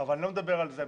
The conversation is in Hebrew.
אבל אני לא מדבר על זה.